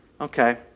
Okay